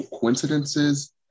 coincidences